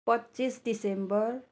पच्चिस डिसेम्बर